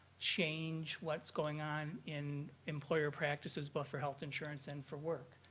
change what's going on in employer practices both for health insurance and for work.